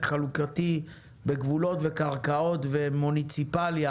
חלוקתי בגבולות ובקרקעות ומוניציפליה,